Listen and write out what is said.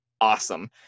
Awesome